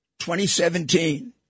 2017